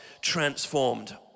transformed